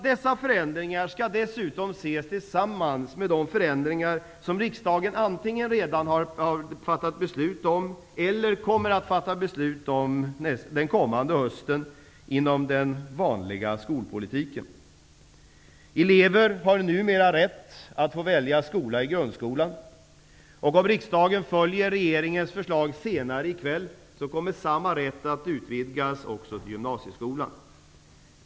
Dessa förändringar skall dessutom ses tillsammans med de förändringar som riksdagen antingen redan har fattat beslut om eller kommer att fatta beslut om den kommande hösten inom den vanliga skolpolitiken. Elever har numera rätt att välja skola i grundskolan, och om riksdagen följer regeringens förslag senare i kväll kommer samma rätt att utvidgas också till gymnasieskolan.